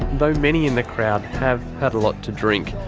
though many in the crowd have had a lot to drink,